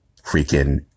freaking